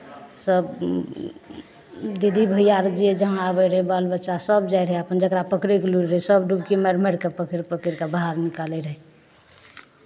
सभ दीदी भैया आर जे जहाँ आबैत रहै बाल बच्चासभ जाइत रहै अपन जकरा पकड़यके लुरि रहै सभ डुबकी मारि मारि कऽ पकड़ि पकड़ि कऽ बाहर निकालैत रहै